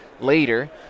later